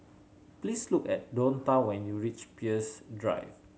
please look for at Donta when you reach Peirce Drive